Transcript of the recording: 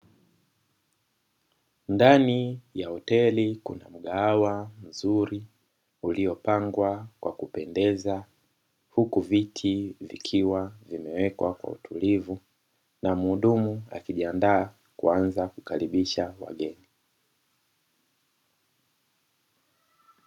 Ndani ya hoteli kuna mgahawa mzuri uliopangwa kwa kupendeza. Huku viti vikiwa vimewekwa kwa utulivu na mhudumu akijiandaa kuanza kukaribisha wageni.